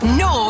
no